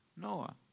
Noah